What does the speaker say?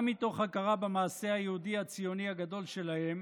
גם מתוך הכרה במעשה היהודי הציוני הגדול שלהם